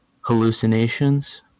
hallucinations